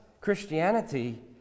Christianity